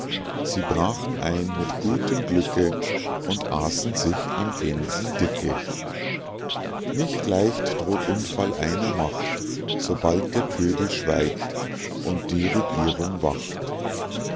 sie brachen ein mit gutem glücke und aßen sich an gänsen dicke nicht leicht droht unfall einer macht sobald der pöbel schweigt und die regierung wacht